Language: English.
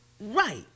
right